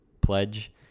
pledge